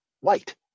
white